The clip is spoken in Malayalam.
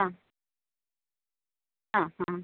അ അ അ